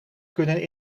kunnen